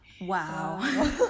wow